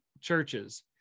churches